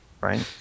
right